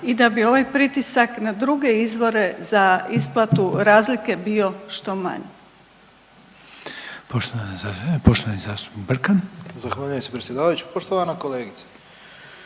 i da bi ovaj pritisak na druge izvore za isplatu razlike bio što manji.